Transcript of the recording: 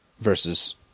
versus